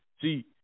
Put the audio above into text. See